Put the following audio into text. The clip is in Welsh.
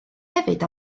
hefyd